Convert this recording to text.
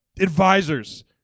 advisors